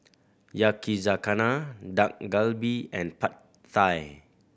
Yakizakana Dak Galbi and Pad Thai